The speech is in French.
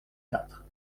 quatre